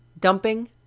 dumping